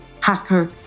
Hacker